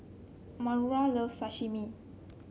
Maura loves Sashimi